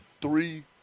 three